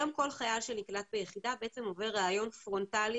היום כל חייל שנקלט ביחידה בעצם עובר ראיון פרונטלי